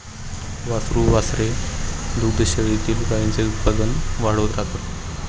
वासरू वासरे दुग्धशाळेतील गाईंचे उत्पादन वाढवत राहतात